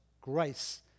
grace